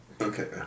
Okay